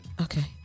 Okay